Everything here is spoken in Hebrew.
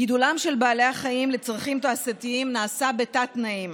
גידולם של בעלי החיים לצרכים תעשייתיים נעשה בתת-תנאים.